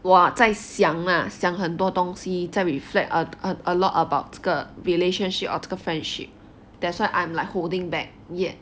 我在想 lah 想很多东西在 reflect a lot about 这个 relationship or 这个 friendship that's why I'm like holding back yet